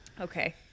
Okay